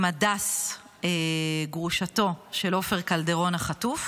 הדס, גרושתו של עופר קלדרון, החטוף